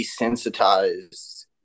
desensitized